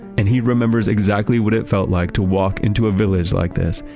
and he remembers exactly what it felt like to walk into a village like this.